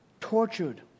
tortured